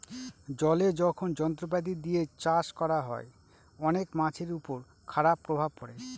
জলে যখন যন্ত্রপাতি দিয়ে চাষ করা হয়, অনেক মাছের উপর খারাপ প্রভাব পড়ে